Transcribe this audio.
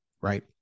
right